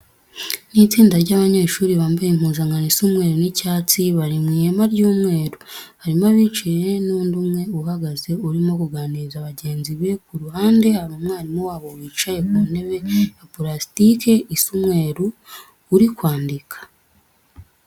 Ni itsinda ry'abanyehuri bambaye impuzankano isa umweru n'icyatsi, bari mu ihema ry'umweru. Harimo abicaye n'undi umwe uhagaze urimo kuganiriza bagenzi be, ku ruhande hari umwarimu wabo wicaye ku ntebe ya parasitike isa umweru uri kwandika.